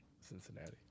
Cincinnati